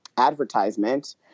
advertisement